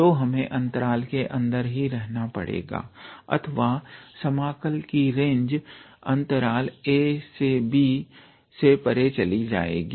तो हमें अंतराल के अंदर ही रहना पड़ेगा अन्यथा समाकल की रेंज अंतराल ab से परे चली जाएगी